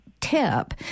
tip